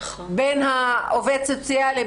בין העובד הסוציאלי,